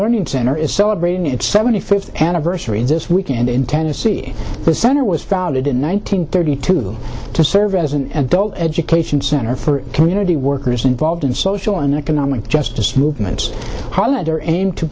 learning center is celebrating its seventy fifth anniversary this weekend in tennessee the center was founded in one thousand thirty two to serve as an adult education center for community workers involved in social and economic justice movements hollander and to